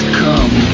come